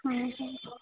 हाँ हाँ